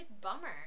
bummer